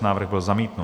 Návrh byl zamítnut.